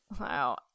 Wow